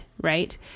right